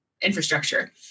infrastructure